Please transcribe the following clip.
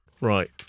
Right